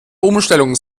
umstellung